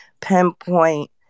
pinpoint